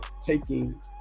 taking